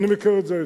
אני מכיר את זה היטב.